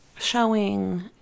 showing